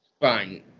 Fine